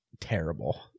terrible